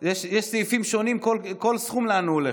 לא, יש סעיפים שונים, כל סכום לאן הוא הולך.